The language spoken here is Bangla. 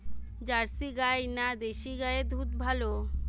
জার্সি গাই না দেশী গাইয়ের দুধ ভালো?